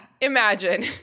Imagine